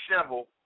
shovel